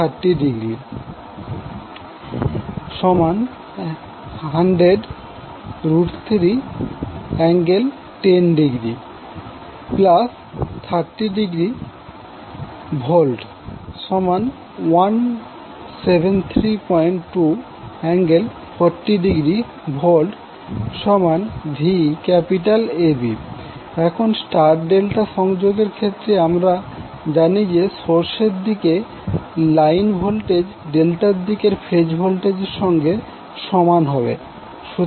line voltage হবে VabVan3∠30°1003∠10°30°V1732∠40°VVAB এখন star delta সংযোগের ক্ষেত্রে আমরা জানি যে সোর্সের দিকে লাইন ভোল্টেজ ডেল্টার দিকে ফেজ ভোল্টেজের সঙ্গে সমান হবে